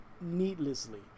needlessly